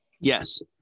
Yes